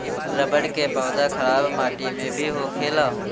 रबड़ के पौधा खराब माटी में भी होखेला